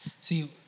See